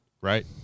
Right